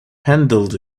handled